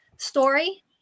story